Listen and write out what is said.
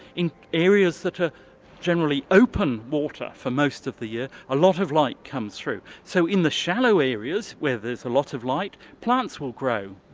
in areas that are generally open water for most of the year, a lot of light comes through. so in the shallow areas where there's a lot of light, plants will grow,